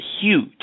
huge